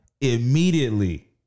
immediately